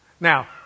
Now